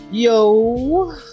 Yo